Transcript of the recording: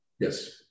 Yes